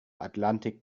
atlantik